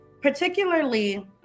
particularly